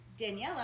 Daniela